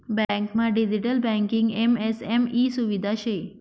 बँकमा digital banking MSME सुविधा शे